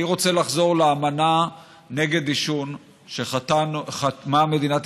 אני רוצה לחזור לאמנה נגד עישון שחתמה מדינת